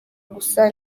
gusa